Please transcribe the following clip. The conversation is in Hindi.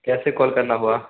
कैसे कॉल करना हुआ